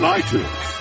iTunes